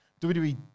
WWE